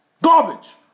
garbage